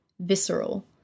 visceral